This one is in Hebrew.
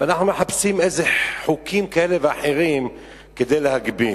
ואנחנו מחפשים איזה חוקים כאלה ואחרים כדי להגביל.